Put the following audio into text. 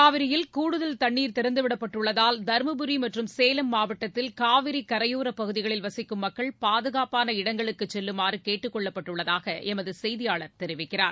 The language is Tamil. கூவிரியில் கூடுதல் தண்ணீர் திறந்து விடப்பட்டுள்ளதால் தருமபுரி மற்றும் சேலம் மாவட்டத்தில் ஊவிரி கரையோரப்பகுதிகளில் வசிக்கும் மக்கள் பாதுகாப்பான இடங்களுக்கு கெல்லுமாறு கேட்டுக் கொள்ளப்பட்டுள்ளதாக எமது செய்தியாளர் தெரிவிக்கிறார்